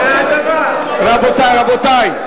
רבותי, רבותי.